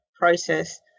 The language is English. process